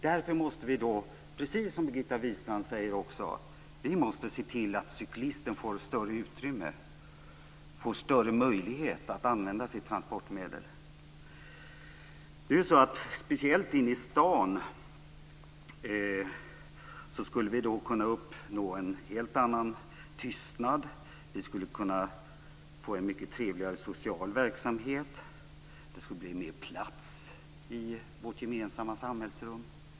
Därför måste vi, precis som Birgitta Wistrand säger, se till att cyklisterna får ett större utrymme, större möjligheter att använda sitt transportmedel. Speciellt inne i stan skulle vi kunna uppnå en helt annan tystnad. Vi skulle kunna få en mycket trevligare social verksamhet. Det skulle bli mera plats i vårt gemensamma samhällsrum.